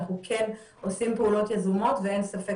אנחנו כן עושים פעולות יזומות ואין ספק